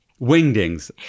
wingdings